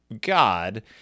God